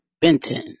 Benton